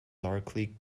darkly